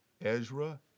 Ezra